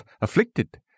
afflicted